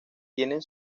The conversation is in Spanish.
tienen